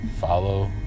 Follow